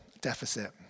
deficit